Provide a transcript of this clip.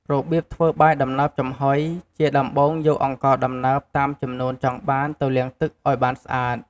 របៀបធ្វើបាយដំណើបចំហុយ ជាដំបូងយកអង្ករដំណើបតាមចំនួនចង់បានទៅលាងទឹកឱ្យបានស្អាត។